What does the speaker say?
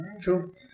True